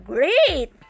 Great